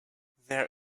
there